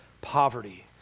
poverty